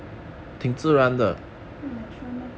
会 natural meh